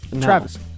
Travis